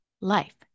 life